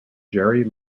jerry